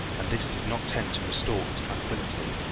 and this did not tend to restore his tranquillity.